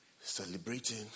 celebrating